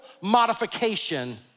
modification